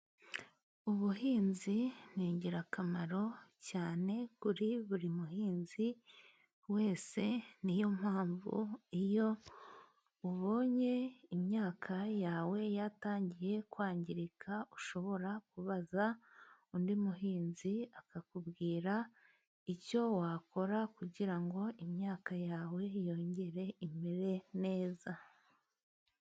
Ubuhinzi ni ingirakamaro cyane， kuri buri muhinzi wese. Niyo mpamvu iyo ubonye imyaka yawe yatangiye kwangirika，ushobora kubaza undi muhinzi，akakubwira icyo wakora， kugira ngo imyaka yawe yongere imere neza.